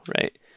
right